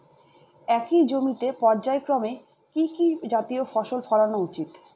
একই জমিতে পর্যায়ক্রমে কি কি জাতীয় ফসল ফলানো উচিৎ?